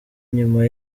nyuma